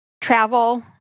travel